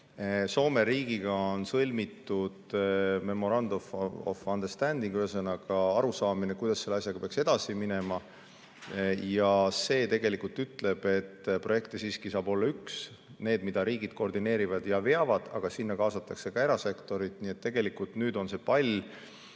Soome riigiga on sõlmitud "Memorandum of Understanding", ühesõnaga, arusaamine, kuidas selle asjaga peaks edasi minema. Ja see tegelikult ütleb, et projekte saab siiski olla üks. Need, mida riigid koordineerivad ja veavad, aga millesse kaasatakse ka erasektor. Nii et tegelikult on nüüd pall